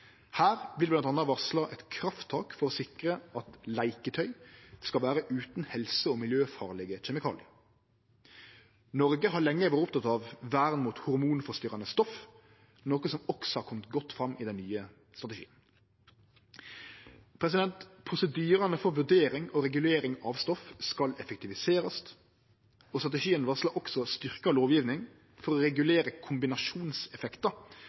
Her vert det bl.a. varsla eit krafttak for å sikre at leiketøy skal vere utan helse- og miljøfarlege kjemikalium. Noreg har lenge vore oppteken av vern mot hormonforstyrrande stoff, noko som også har kome godt fram i den nye strategien. Prosedyrane for vurdering og regulering av stoff skal effektiviserast. Strategien varslar også styrkt lovgjeving for å regulere kombinasjonseffektar